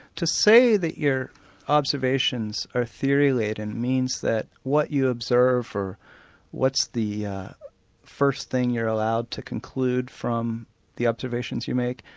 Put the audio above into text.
to say that your observations are theory-laden, means that what you observe, or what's the first thing you're allowed to conclude from the observations you make,